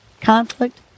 conflict